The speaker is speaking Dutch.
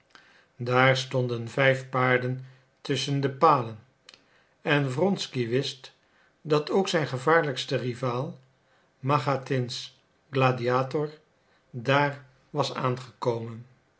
daar stonden vijf paarden tusschen de palen en wronsky wist dat ook zijn gevaarlijkste rival machatins gladiator daar was aangekomen